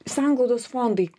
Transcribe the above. sanglaudos fondai